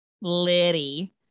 Liddy